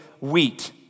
wheat